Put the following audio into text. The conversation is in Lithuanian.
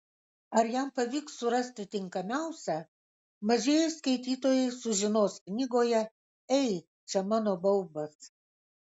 ar jam pavyks surasti tinkamiausią mažieji skaitytojai sužinos knygoje ei čia mano baubas